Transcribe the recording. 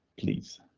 please.